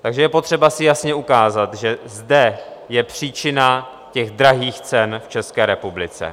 Takže je potřeba si jasně ukázat, že zde je příčina těch drahých cen v České republice.